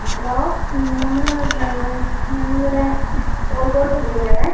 hello നമ്മൾ ഞങ്ങളിവിടെ കോഴിക്കോടുന്ന് വിളിക്കുന്നതാണ്